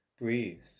breathe